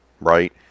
right